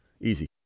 Easy